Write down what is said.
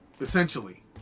Essentially